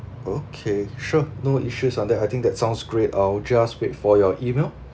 okay sure no issues on that I think that sounds great I would just wait for your email